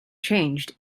changed